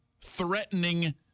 threatening